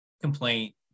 complaint